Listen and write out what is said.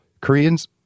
Koreans